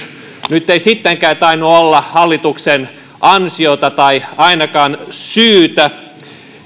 nyt ei sittenkään tainnut olla hallituksen ansiota tai ainakaan syytä